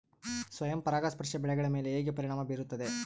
ಸ್ವಯಂ ಪರಾಗಸ್ಪರ್ಶ ಬೆಳೆಗಳ ಮೇಲೆ ಹೇಗೆ ಪರಿಣಾಮ ಬೇರುತ್ತದೆ?